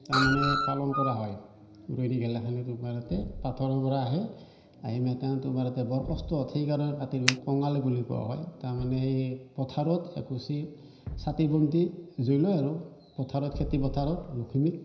তাৰমানে পালন কৰা হয় ৰুইনিগিলাখনে তোমাৰ ইয়াতে পাথৰৰ পৰা আহে আহি তোমাৰ ইয়াতে বৰ কষ্ট সেইকাৰণে কাতিৰ বিহুক কঙালী বুলি কোৱা হয় তাৰমানে এই পথাৰত এগছী চাকি বন্তি জ্বলাই আৰু পথাৰত খেতি পথাৰত লখিমীক